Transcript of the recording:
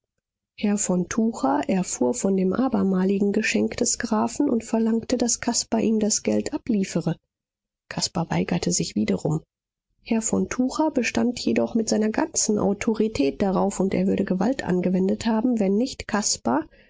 herr von tucher erfuhr von dem abermaligen geschenk des grafen und verlangte daß caspar ihm das geld abliefere caspar weigerte sich wiederum herr von tucher bestand jedoch mit seiner ganzen autorität darauf und er würde gewalt angewendet haben wenn nicht caspar